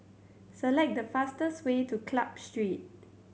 select the fastest way to Club Street